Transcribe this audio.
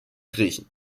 griechen